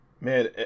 Man